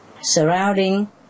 surrounding